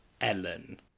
Ellen